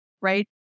right